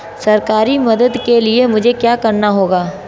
सरकारी मदद के लिए मुझे क्या करना होगा?